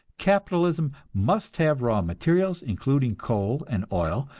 capitalism must have raw materials, including coal and oil,